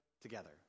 together